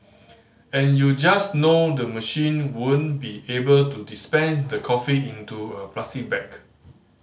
and you just know the machine won't be able to dispense the coffee into a plastic bag